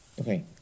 okay